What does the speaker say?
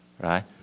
right